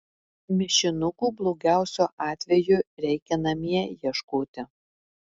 mišinukų blogiausiu atveju reikia namie ieškoti